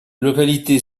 localité